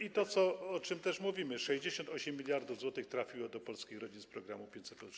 I to, o czym też mówimy - 68 mld zł trafiło do polskich rodzin z programu 500+.